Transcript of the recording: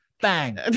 bang